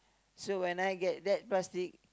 so when I get that plastic